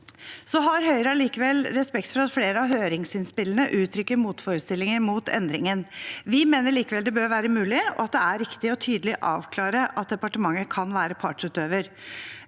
Høyre har likevel respekt for at flere av høringsinnspillene uttrykker motforestillinger mot endringen. Vi mener likevel det bør være mulig, og at det er riktig å avklare tydelig, at departementet kan være partsutøver,